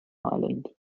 ireland